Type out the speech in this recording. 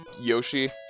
Yoshi